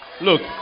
look